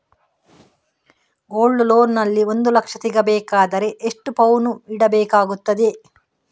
Gold loan ನಲ್ಲಿ ಒಂದು ಲಕ್ಷ ಸಿಗಬೇಕಾದರೆ ಎಷ್ಟು ಪೌನು ಇಡಬೇಕಾಗುತ್ತದೆ?